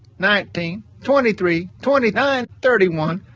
nineteen, twenty three, twenty nine, thirty one,